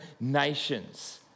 nations